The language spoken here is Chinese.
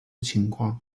情况